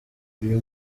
uyu